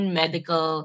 medical